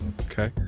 Okay